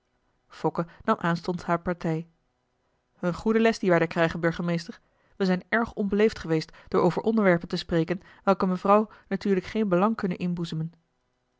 marcellus emants een drietal novellen een goede les die wij daar krijgen burgemeester wij zijn erg onbeleefd geweest door over onderwerpen te spreken welke mevrouw natuurlijk geen belang kunnen inboezemen